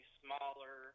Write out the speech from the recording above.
smaller